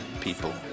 people